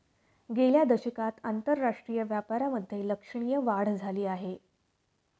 गेल्या दशकात आंतरराष्ट्रीय व्यापारामधे लक्षणीय वाढ झाली आहे